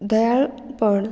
दयाळपण